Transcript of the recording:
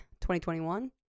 2021